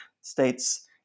states